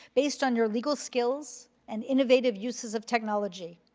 based on your legal skills and innovative uses of technology.